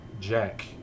Jack